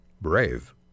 brave